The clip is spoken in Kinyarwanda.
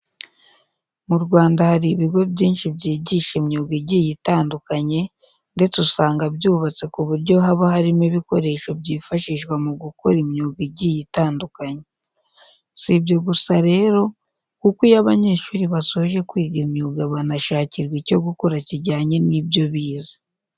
Mu Rwanda hari ibigo byinshi byigisha imyuga igiye itandukanye ndetse usanga byubatse ku buryo haba harimo ibikoresho byifashishwa mu gukora imyuga igiye itandukanye. Si ibyo gusa rero kuko iyo abanyeshuri basoje kwiga imyuga banashakirwa icyo gukora kijyanye n'ibyo bize.